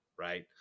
right